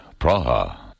Praha